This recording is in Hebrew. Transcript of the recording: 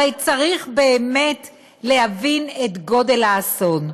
הרי צריך באמת להבין את גודל האסון.